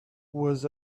was